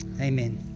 Amen